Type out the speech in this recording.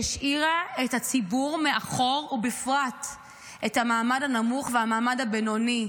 שהשאירה את הציבור מאחור ובפרט את המעמד הנמוך והמעמד הבינוני.